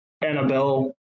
Annabelle